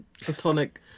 platonic